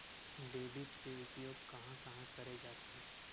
Debit के उपयोग कहां कहा करे जाथे?